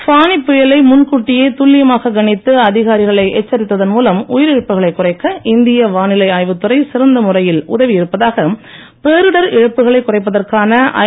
ஃபானி புயலை முன் கூட்டியே துல்லியமாக கணித்து அதிகாரிகளை எச்சரித்ததன் மூலம் உயிரிழப்புகளை குறைக்க இந்திய வானிலை ஆய்வுத்துறை சிறந்த முறையில் உதவியிருப்பதாக பேரிடர் இழப்புகளை குறைப்பதற்கான ஐ